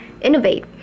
innovate